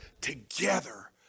together